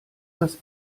das